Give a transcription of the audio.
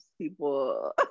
people